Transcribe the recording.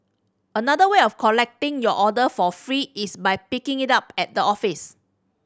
another way of collecting your order for free is by picking it up at the office